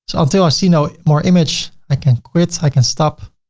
so until i see no more image. i can quit. i can stop.